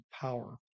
power